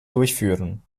durchführen